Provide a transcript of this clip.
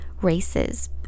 races